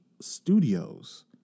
Studios